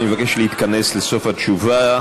אני מבקש להתכנס לסוף התשובה,